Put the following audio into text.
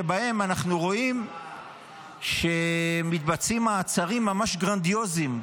שבהם אנחנו רואים שמתבצעים מעצרים ממש גרנדיוזיים,